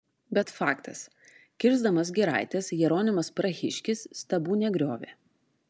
bet faktas kirsdamas giraites jeronimas prahiškis stabų negriovė